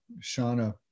Shauna